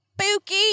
spooky